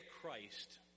Christ